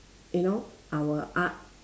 you know our art